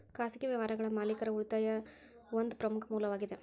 ಖಾಸಗಿ ವ್ಯವಹಾರಗಳ ಮಾಲೇಕರ ಉಳಿತಾಯಾ ಒಂದ ಪ್ರಮುಖ ಮೂಲವಾಗೇದ